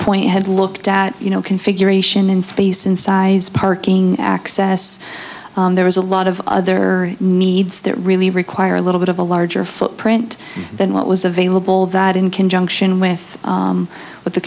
point had looked at you know configuration in space in size parking access there was a lot of other needs that really require a little bit of a larger footprint than what was available that in conjunction with